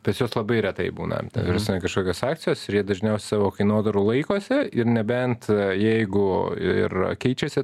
pas juos labai retai būna ta prasme kažkokios akcijos dažniausia savo kainodarų laikosi ir nebent jeigu ir keičiasi